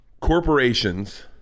Corporations